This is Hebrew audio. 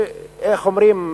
איך אומרים,